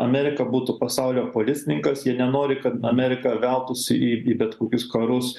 amerika būtų pasaulio policininkas jie nenori kad amerika veltųsi į į bet kokius karus